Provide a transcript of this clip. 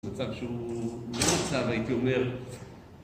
מצב שהוא לא מצב, הייתי אומר,